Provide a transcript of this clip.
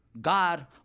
God